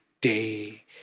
day